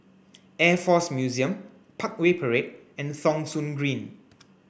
Air Force Museum Parkway Parade and Thong Soon Green